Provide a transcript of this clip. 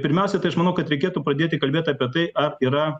pirmiausiai tai aš manau kad reikėtų pradėti kalbėt apie tai ar yra